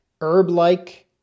herb-like